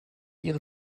ihre